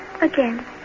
Again